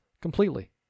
completely